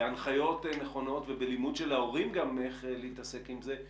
בהנחיות נכונות ובלימוד של ההורים גם איך להתעסק עם זה,